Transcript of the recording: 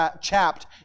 chapped